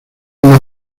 una